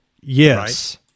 yes